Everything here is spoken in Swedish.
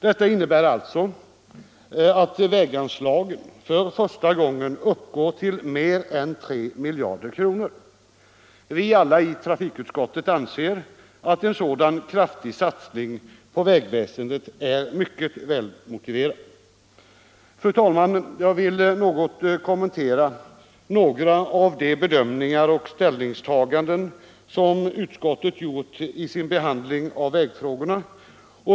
Detta innebär alltså att väganslagen för första gången uppgår till mer än 3 miljarder kronor. Vi alla i trafikutskottet anser att en sådan kraftig satsning på vägväsendet är mycket välmotiverad. Fru talman! Jag vill något kommentera några av de bedömningar och ställningstaganden som utskottet gjort i sin behandling av vägfrågorna.